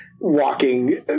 walking